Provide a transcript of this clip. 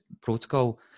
protocol